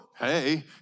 hey